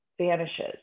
vanishes